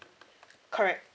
correct